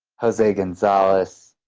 jose gonzalez,